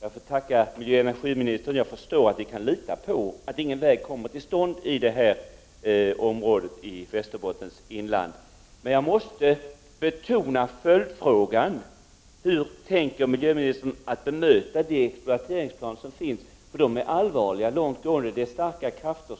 Jag får tacka miljöoch energiministern för svaret. Jag förstår att vi kan lita på att ingen väg kommer till stånd i nämnda område i Västerbottens inland. Men jag måste ställa en följdfråga: Hur tänker miljöministern bemöta de exploateringsplaner som finns? Dessa är allvarliga och långtgående. Det handlar om starka krafter.